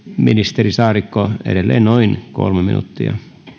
ministeri saarikko edelleen noin kolme minuuttia